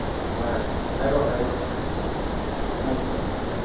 ꯍꯣꯏ ꯍꯥꯏꯔꯛꯑꯣ ꯍꯥꯏꯔꯛꯑꯣ ꯇꯥꯏ ꯁꯔ